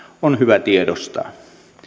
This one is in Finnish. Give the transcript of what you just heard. on hyvä tiedostaa